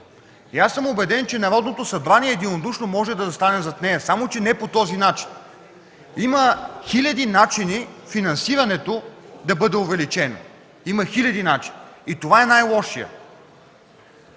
Аз съм убеден, че Народното събрание единодушно може да застане зад нея, само че не по този начин! Има хиляди начини финансирането да бъде увеличено. Има хиляди начини! Това е най-лошият!